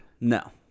No